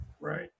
right